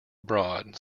abroad